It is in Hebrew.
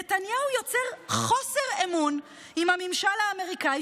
נתניהו יוצר חוסר אמון עם הממשל האמריקאי,